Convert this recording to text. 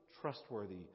trustworthy